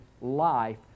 life